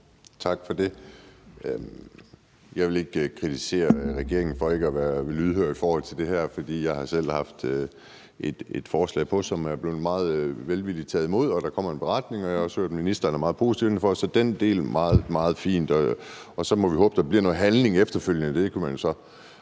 Tak for det. Jeg vil ikke kritisere regeringen for ikke at være lydhør i forhold til det her, for jeg har selv haft et forslag på, som er blevet meget velvilligt taget imod, og der kommer en beretning, og jeg har også hørt, at ministeren er meget positiv. Så med den del er det meget, meget fint, og så må vi håbe, der bliver noget handling efterfølgende. Nu nævnte fru